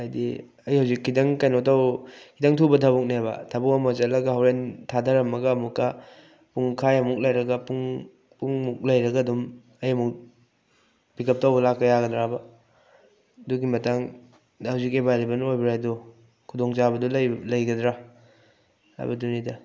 ꯍꯥꯏꯗꯤ ꯑꯩ ꯍꯧꯖꯤꯛ ꯈꯤꯇꯪ ꯀꯩꯅꯣ ꯈꯤꯇꯪ ꯊꯧꯕ ꯊꯕꯛꯅꯦꯕ ꯊꯕꯛ ꯑꯃ ꯆꯠꯂꯒ ꯍꯣꯔꯦꯟ ꯊꯥꯗꯔꯝꯃꯒ ꯑꯃꯨꯛꯀ ꯄꯨꯡꯈꯥꯏ ꯑꯃꯨꯛ ꯂꯩꯔꯒ ꯄꯨꯡ ꯄꯨꯡꯃꯨꯛ ꯂꯩꯔꯒ ꯑꯗꯨꯝ ꯑꯩ ꯑꯃꯨꯛ ꯄꯤꯛꯑꯞ ꯇꯧꯕ ꯂꯥꯛꯄ ꯌꯥꯒꯗ꯭ꯔꯕ ꯑꯗꯨꯒꯤ ꯃꯇꯥꯡꯗ ꯍꯧꯖꯤꯛ ꯑꯦꯕꯥꯏꯂꯦꯕꯜ ꯑꯣꯏꯕ꯭ꯔꯥ ꯍꯥꯏꯗꯣ ꯈꯨꯗꯣꯡ ꯆꯥꯕꯗꯨ ꯂꯩꯒꯗ꯭ꯔꯥ ꯍꯥꯏꯕꯗꯨꯅꯤꯗ